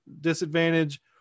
disadvantage